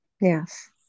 yes